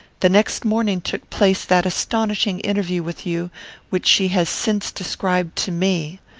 the next morning took place that astonishing interview with you which she has since described to me.